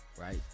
right